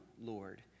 Lord